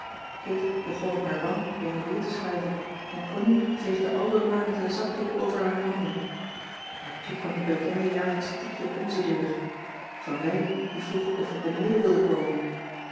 begon op haar bank heen en weer te schuiven en connie veegde aldoor maar met een zakdoek over haar handen en toen kwam het bekende jaarlijksche tikje op onze deur van wijk die vroeg of we beneden wilden komen